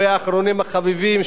והאחרונים החביבים,